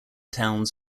towns